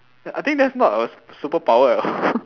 I think that's not a superpower at all